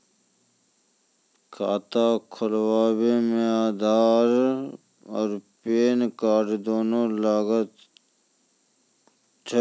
खाता खोलबे मे आधार और पेन कार्ड दोनों लागत?